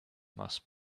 must